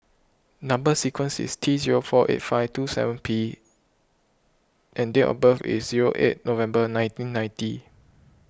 Number Sequence is T zero four eight five two seven P and date of birth is zero eight November nineteen ninety